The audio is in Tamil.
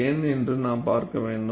ஏன் என்று நாம் பார்க்க வேண்டும்